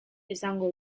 esango